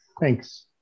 Thanks